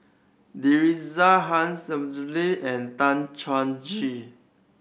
Teresa Hsu and Tan Chuan Jin